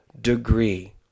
degree